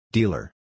Dealer